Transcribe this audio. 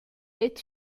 est